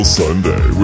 sunday